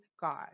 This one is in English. God